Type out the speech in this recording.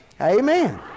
Amen